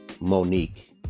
Monique